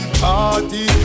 party